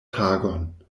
tagon